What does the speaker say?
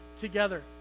together